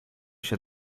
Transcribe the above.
się